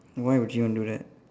why would you want do that